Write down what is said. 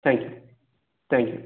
thank you thank you